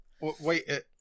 Wait